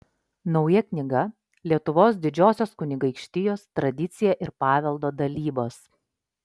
nauja knyga lietuvos didžiosios kunigaikštijos tradicija ir paveldo dalybos